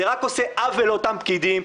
זה רק עושה עוול לאותם פקידים,